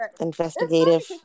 investigative